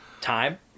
Time